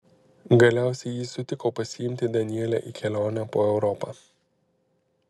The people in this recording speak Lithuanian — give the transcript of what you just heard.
galiausiai jis sutiko pasiimti danielę į kelionę po europą